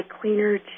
cleaner